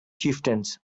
chieftains